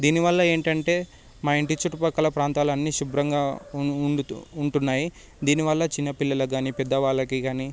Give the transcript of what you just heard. దీనివల్ల ఏంటంటే మా ఇంటి చుట్టుపక్కల ప్రాంతాలన్ని అన్ని శుభ్రంగా ఉండుతు ఉంటున్నాయి దీనివల్ల చిన్న పిల్లలకు కాని పెద్ద వాళ్ళకు కాని